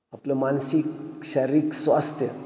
आपलं मानसिक शारीरिक स्वास्थ्य